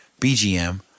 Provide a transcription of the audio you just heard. bgm